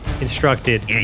instructed